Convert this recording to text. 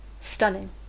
stunning